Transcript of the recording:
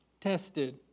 Tested